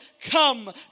Come